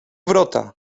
wrota